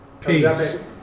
peace